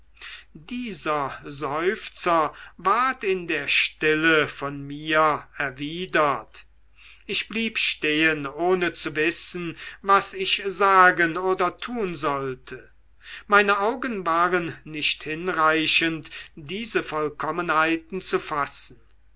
dieser seufzer ward in der stille von mir erwidert ich blieb stehen ohne zu wissen was ich sagen oder tun sollte meine augen waren nicht hinreichend diese vollkommenheiten zu fassen